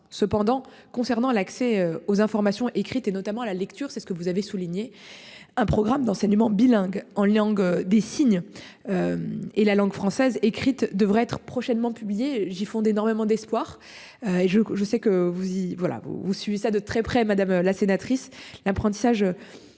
cependant concernant l'accès aux informations écrites et notamment à la lecture, c'est ce que vous avez souligné un programme d'enseignement bilingue en langue des signes. Et la langue française écrite devrait être prochainement. J'ai fondé énormément d'espoir. Et je, je sais que vous y voilà vous vous suivez ça de très près. Madame la sénatrice, l'apprentissage.